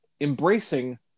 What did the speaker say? embracing